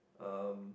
um